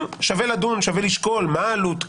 שווה לדון, שווה לשקול מה העלות.